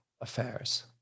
affairs